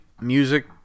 Music